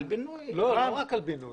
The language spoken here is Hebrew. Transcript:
לא רק על בינוי.